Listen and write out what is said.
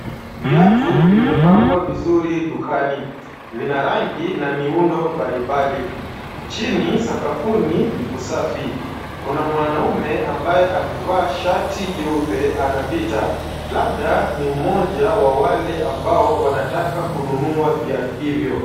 Viatu vimepangwa vizuri dukani. Vina rangi na miundo mbalimbali. Chini sakafuni ni kusafi. Kuna mwanamume ambaye amevaa shati jeupe, anapita. Labda ni mmoja wa wale ambao wanataka kununua viatu hivyo.